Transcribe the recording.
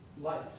life